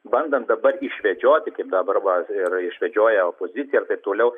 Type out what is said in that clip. bandom dabar išvedžioti kaip dabar va ir išvedžioja opozicija toliau